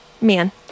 Man